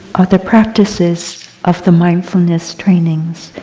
are the practices of the mindfulness trainings.